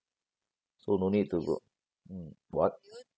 so no need to go mm what